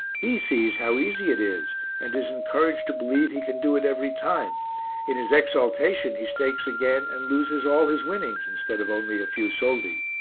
he sees how easy it is and is encouraged to believe he can do it every time in his exaltation he stakes again and loses all his winnings, instead of only a few soldi.